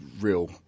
real